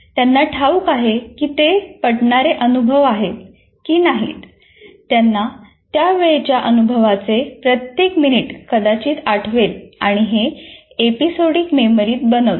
त्यांना ठाऊक असेल की ते पटणारे अनुभव आहेत की नाहीत त्यांना त्या वेळेच्या अनुभवाचे प्रत्येक मिनिट कदाचित आठवेल आणि हे एपिसोडिक मेमरी बनवते